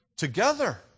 together